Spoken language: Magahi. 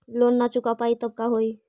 लोन न चुका पाई तब का होई?